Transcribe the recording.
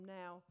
now